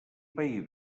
pair